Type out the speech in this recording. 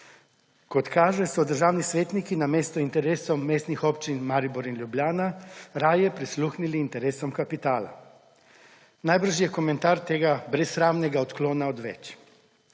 Kot kaže, so državni svetniki namesto interesom mestnih občin Maribor in Ljubljana raje prisluhnili interesom kapitala. Najbrž je komentar tega brezsramnega odklona odveč,